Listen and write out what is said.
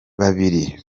babiri